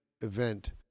event